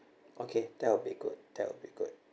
okay that will be good that will be good